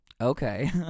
Okay